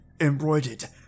embroidered